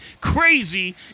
crazy